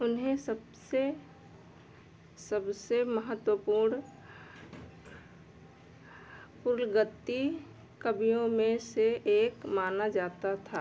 उन्हें सबसे सबसे महत्वपूर्ण पुर्तगाली कवियों में से एक माना जाता था